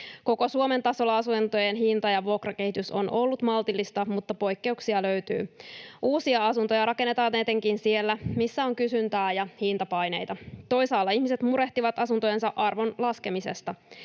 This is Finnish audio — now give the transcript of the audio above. Koko Suomen tasolla asuntojen hinta- ja vuokrakehitys on ollut maltillista, mutta poikkeuksia löytyy. Uusia asuntoja rakennetaan etenkin siellä, missä on kysyntää ja hintapaineita. Toisaalla ihmiset murehtivat asuntojensa arvon laskemista.